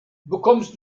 bekommst